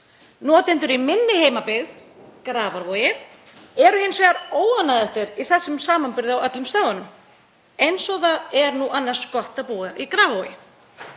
Notendur í minni heimabyggð, Grafarvogi, eru hins vegar óánægðastir í þessum samanburði á öllum stöðvunum eins og það er nú annars gott að búa í Grafarvogi.